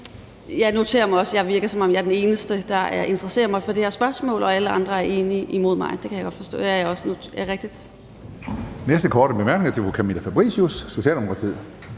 Jeg noterer mig også, at det virker, som om jeg er den eneste, der interesserer sig for det her spørgsmål, og at alle andre er enige imod mig. Det er rigtigt.